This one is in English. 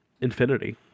Infinity